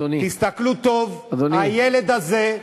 תסתכלו טוב, הילד הזה,